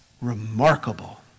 remarkable